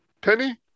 Penny